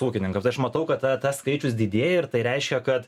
ūkininkams tai aš matau kad ta tas skaičius didėja ir tai reiškia kad